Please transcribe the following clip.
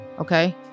okay